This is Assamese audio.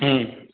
ও